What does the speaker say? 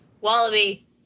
Wallaby